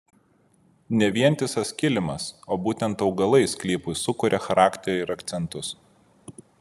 ne vientisas kilimas o būtent augalai sklypui sukuria charakterį ir akcentus